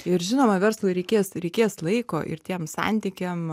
ir žinoma verslui reikės reikės laiko ir tiems santykiam